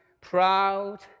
proud